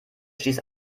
stieß